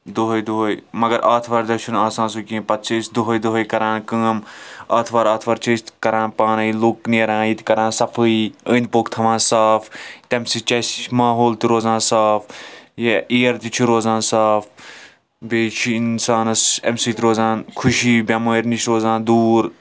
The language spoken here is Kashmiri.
دۄہَے دۄہَے مگر آتھوارِ دۄہ چھِنہٕ آسان سُہ کِہیٖنٛۍ پَتہٕ چھِ أسۍ دۄہَے دۄہَے کران کٲم آتھوار آتھوار چھِ أسۍ کران پانَے لوٗکھ نیران ییٚتہِ کران صفٲیِی أنٛدۍ پوٚکھ کران صاف تَمہِ سٟتۍ چھُ اَسہِ ماحول تہِ روزان صاف یا ایَر تہِ چھُ روزان صاف بیٚیہِ چھُ اِنسانَس اَمہِ سٟتۍ روزان خۄشِی بیٚمارِ نِش روزان دوٗر